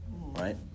Right